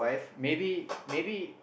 maybe maybe